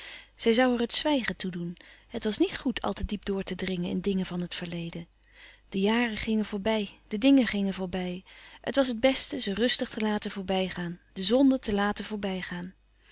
zij zoû er het zwijgen toe doen het was niet goed al te diep door te dringen in de dingen van het verleden de jaren gingen voorbij de dingen gingen voorbij het was het beste ze rustig te laten voorbijgaan de zonde te laten voorbijgaan